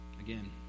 Again